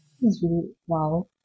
wow